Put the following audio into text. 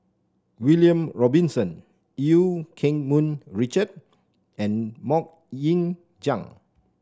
William Robinson Eu Keng Mun Richard and MoK Ying Jang